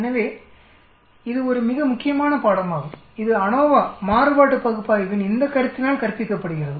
எனவே இது ஒரு மிக முக்கியமான பாடமாகும் இது அநோவா மாறுபாட்டு பகுப்பாய்வின் இந்த கருத்தினால் கற்பிக்கப்படுகிறது